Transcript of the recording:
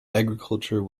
agriculture